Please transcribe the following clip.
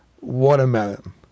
watermelon